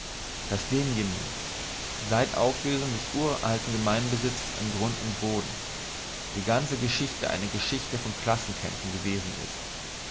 daß demgemäß seit auflösung des uralten gemeinbesitzes an grund und boden die ganze geschichte eine geschichte von klassenkämpfen gewesen ist